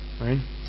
right